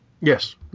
Yes